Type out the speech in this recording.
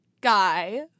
guy